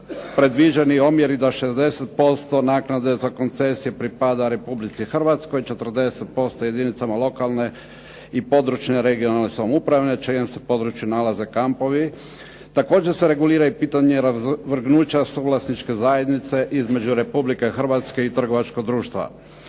predviđeni omjeri da 60% naknade za koncesije pripada Republici Hrvatskoj, 40% jedinicama lokalne i područne (regionalne) samouprave na čijem se području nalaze kampovi. Također se regulira i pitanje razvrgnuća suvlasničke zajednice između Republike Hrvatske i trgovačkog društva.